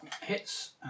hits